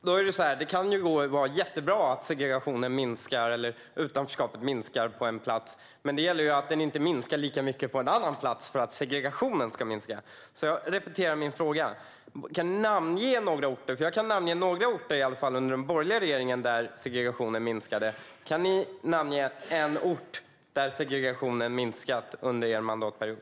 Fru talman! Det kan ju vara jättebra att segregationen eller utanförskapet minskar på en plats. Men för att segregationen totalt sett ska minska gäller det att den då inte ökar lika mycket på en annan plats. Jag repeterar därför min fråga: Kan Ibrahim Baylan namnge några orter? Jag kan namnge i alla fall några orter där segregationen minskade under den borgerliga regeringen. Kan Ibrahim Baylan namnge en ort där segregationen har minskat under er mandatperiod?